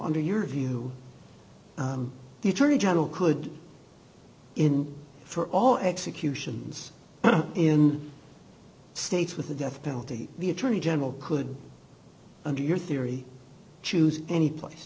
under your view the attorney general could in for all executions in states with the death penalty the attorney general could under your theory choose any place